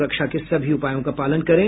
सुरक्षा के सभी उपायों का पालन करें